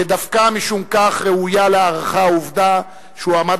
ודווקא משום כך ראויה להערכה העובדה שהוא עמד